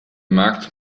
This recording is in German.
markt